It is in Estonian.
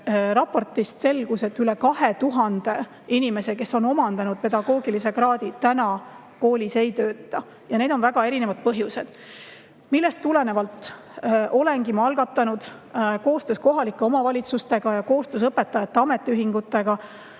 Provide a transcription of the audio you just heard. raportist selgus, et üle 2000 inimese, kes on omandanud pedagoogilise kraadi, täna koolis ei tööta, ja neil on väga erinevad põhjused. Sellest tulenevalt olengi ma algatanud koostöös kohalike omavalitsustega ja koostöös õpetajate ametiühingutega